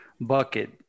bucket